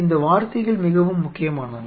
இந்த வார்த்தைகள் மிகவும் முக்கியமானவை